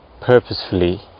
purposefully